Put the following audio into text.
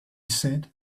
said